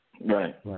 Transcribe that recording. right